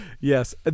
Yes